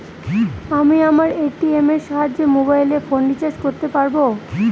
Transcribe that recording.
আমি আমার এ.টি.এম এর সাহায্যে মোবাইল ফোন রিচার্জ করতে পারব?